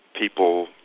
people